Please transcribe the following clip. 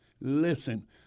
Listen